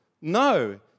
No